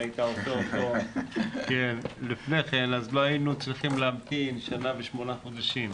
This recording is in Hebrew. אם היית עושה אותו לפני כן לא היינו צריכים להמתין שנה ושמונה חודשים,